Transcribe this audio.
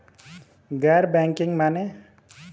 गैर बैंकिंग माने?